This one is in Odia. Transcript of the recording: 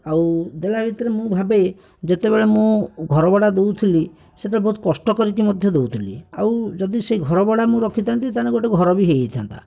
ଆଉ ଦେଲା ଭିତରେ ମୁଁ ଭାବେ ଯେତେବେଳେ ମୁଁ ଘର ଭଡ଼ା ଦେଉଥିଲି ସେତେବେଳେ ବହୁତ କଷ୍ଟ କରିକି ମଧ୍ୟ ଦେଉଥିଲି ଆଉ ଯଦି ସେଇ ଘର ଭଡ଼ା ମୁଁ ରଖିଥାନ୍ତି ତାହେଲେ ଗୋଟେ ଘର ବି ହେଇଯାଇଥାନ୍ତା